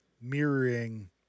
mirroring